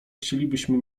chcielibyśmy